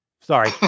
Sorry